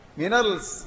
minerals